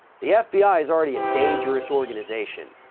the fbi has already a dangerous organization.